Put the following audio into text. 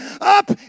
up